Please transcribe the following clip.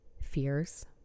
fears